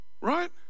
right